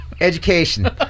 Education